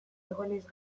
egonez